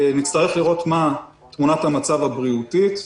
נצטרך לראות מה תמונת המצב הבריאותית,